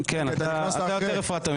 כן, אתה הפרעת יותר ממנו.